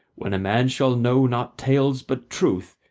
when a man shall know not tales but truth,